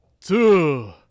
two